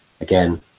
again